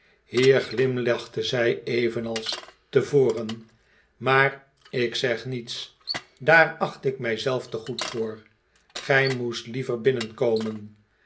zij evenals tevoren maar ik zeg niets daar acht ik mij zelf te goed voor gij moest liever binnenkomen